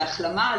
להחלמה,